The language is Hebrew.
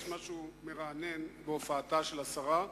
יש משהו מרענן בהופעתה של השרה.